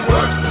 Work